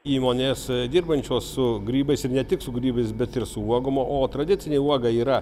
įmonės dirbančios su grybais ir ne tik su grybais bet ir su uogom o tradicinė uoga yra